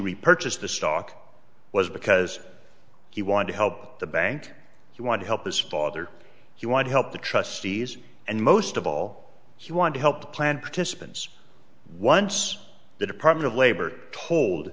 repurchase the stock was because he wanted to help the bank he wanted to help his father he wanted help the trustees and most of all he wanted to help planned participants once the department of labor told